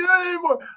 anymore